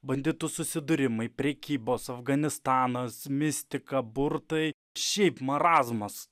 banditų susidūrimai prekybos afganistanas mistika burtai šiaip marazmas